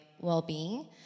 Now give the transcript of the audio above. well-being